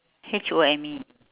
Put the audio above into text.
H O M E